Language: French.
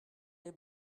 les